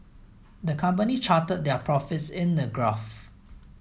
the company charted their profits in a graph